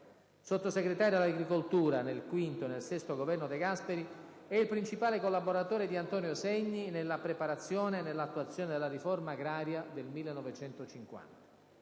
Sottosegretario all'agricoltura nel V e nel VI Governo De Gasperi, è il principale collaboratore di Antonio Segni nella preparazione e nell'attuazione della riforma agraria del 1950.